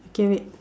okay wait